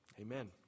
Amen